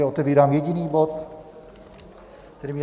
Otevírám tedy jediný bod, kterým je